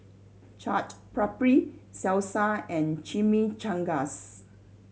Chaat Papri Salsa and Chimichangas